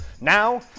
Now